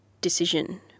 decision